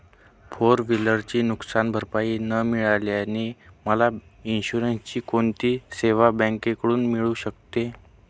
Four wheeler नुकसानभरपाई न मिळाल्याने मला इन्शुरन्सची कोणती सेवा बँकेकडून मिळू शकते?